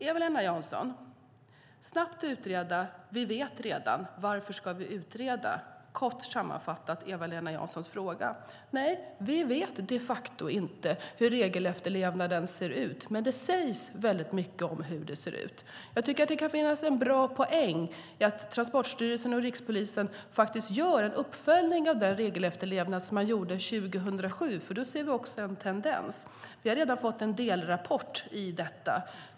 Eva-Lena Jansson säger: Utred snabbt. Vi vet redan. Varför ska vi utreda? Det är en kort sammanfattning av Eva-Lena Janssons fråga. Vi vet inte hur regelefterlevnaden är, men det sägs mycket om det. Det finns en poäng i att Transportstyrelsen och rikspolisen gör en uppföljning av den undersökning om regelefterlevnad som man gjorde 2007. Då ser vi tendensen. Vi har redan fått en delrapport.